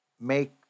make